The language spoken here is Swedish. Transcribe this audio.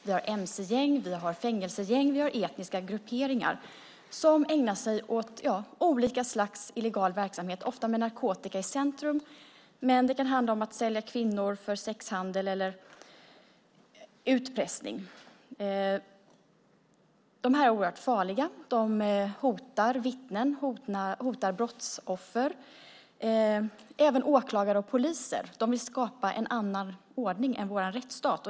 Vi har mc-gäng, vi har fängelsegäng och vi har etniska grupperingar som ägnar sig åt olika slags illegal verksamhet, ofta med narkotika i centrum. Men det kan också handla om att sälja kvinnor i sexhandel eller om utpressning. De är oerhört farliga. De hotar vittnen, de hotar brottsoffer och de hotar även åklagare och poliser. De vill skapa en annan ordning än vår rättsstat.